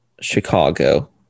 Chicago